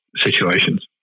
situations